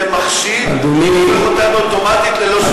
זה מחשיד והופך אותם אוטומטית לחשודים.